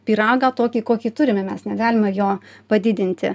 pyragą tokį kokį turime mes negalime jo padidinti